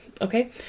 Okay